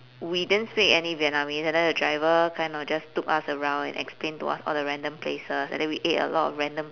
we didn't speak any vietnamese and then the driver kind of just took us around and explained to us all the random places and then we ate a lot of random